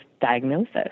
diagnosis